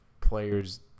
players